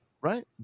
right